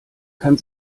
kann